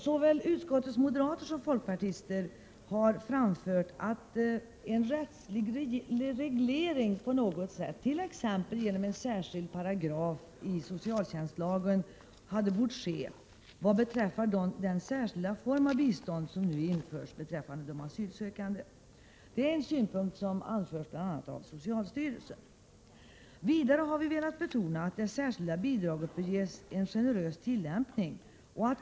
Såväl utskottets moderater som folkpartister har i motioner framför att rättslig reglering på något sätt hade bort ske, t.ex. i form av en särskild paragraf i socialtjänstlagen, när det gäller den särskilda form av bistånd som nu införts beträffande de asylsökande. Detta är en synpunkt som anförs bl.a. av socialstyrelsen. Vidare har vi velat betona att det särskilda bidraget bör ges en generös tillämpning.